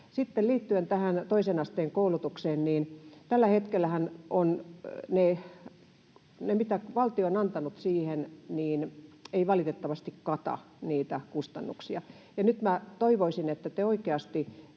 tähän toisen asteen koulutukseen: Tällä hetkellähän se, mitä valtio on antanut siihen, ei valitettavasti kata niitä kustannuksia, ja nyt minä toivoisin, että te oikeasti